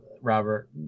Robert